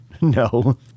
No